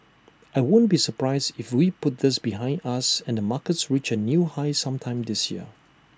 I won't be surprised if we put this behind us and the markets reach A new high sometime this year